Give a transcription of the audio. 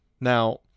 Now